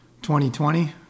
2020